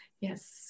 yes